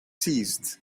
seized